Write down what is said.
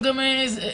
אי אפשר.